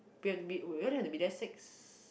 we have to be we only have to be there six